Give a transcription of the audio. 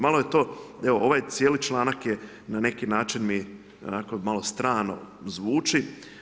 Malo je to, evo ovaj cijeli članak je na neki način mi onako malo strano zvuči.